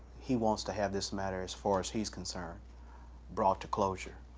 he wants to have this matter as far as he's concerned brought to closure.